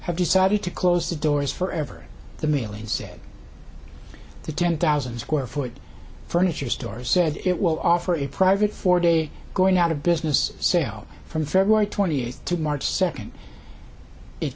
have decided to close the doors forever the mailing said the ten thousand square foot furniture store said it will offer a private four day going out of business sale from february twenty eighth to march second it